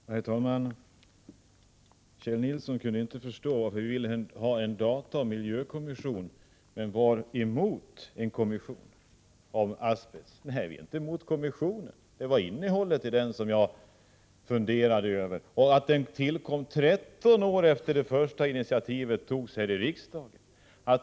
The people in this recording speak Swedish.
Herr talman! Kjell Nilsson kunde inte förstå varför vi vill ha en dataoch miljökommission men är emot en kommission för asbest. Nej, vi är inte emot kommissionen — vad jag funderade över var kommissionens arbetsuppgifter och det faktum att den tillkom 13 år efter det att det första initiativet togs här i riksdagen.